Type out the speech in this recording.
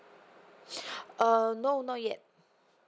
uh no no yet